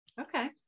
Okay